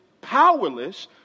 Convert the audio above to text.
powerless